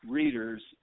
readers